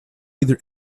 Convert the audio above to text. either